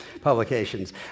publications